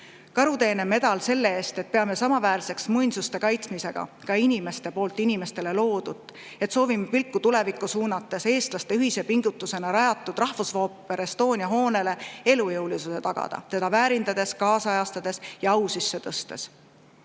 Karuteene medal on selle eest, et me peame muinsuste kaitsmisega samaväärseks inimestelt inimestele loodut, et soovime pilku tulevikku suunates eestlaste ühise pingutusena rajatud Rahvusooper Estonia hoonele elujõulisuse tagada, seda väärindades, ajakohastades ja au sisse tõstes,